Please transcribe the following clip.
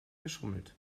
geschummelt